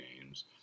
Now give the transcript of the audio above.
Games